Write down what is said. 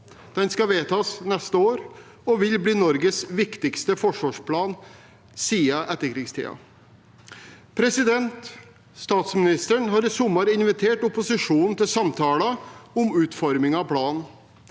Den skal vedtas neste år og vil bli Norges viktigste forsvarsplan siden etterkrigstiden. Statsministeren har i sommer invitert opposisjonen til samtaler om utformingen av planen.